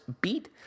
Beat